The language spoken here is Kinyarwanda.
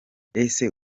ese